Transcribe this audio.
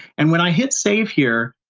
and when i hit save here,